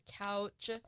couch